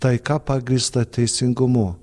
taika pagrįsta teisingumu